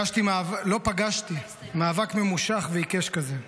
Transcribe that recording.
לא פגשתי מאבק ממושך ועיקש כזה.